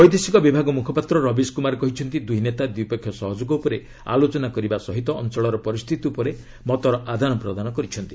ବୈଦେଶିକ ବିଭାଗ ମୁଖପାତ୍ର ରବୀଶ୍ କୁମାର କହିଛନ୍ତି ଦୁଇ ନେତା ଦ୍ୱିପକ୍ଷୀୟ ସହଯୋଗ ଉପରେ ଆଲୋଚନା କରିବା ସହ ଅଞ୍ଚଳର ପରିସ୍ଥିତି ଉପରେ ମତର ଆଦାନ ପ୍ରଦାନ କରିଛନ୍ତି